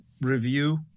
review